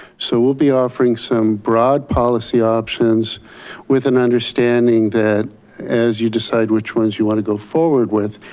so we'll be offering some broad policy options with an understanding that as you decide which ones you want to go forward with,